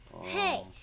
Hey